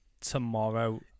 tomorrow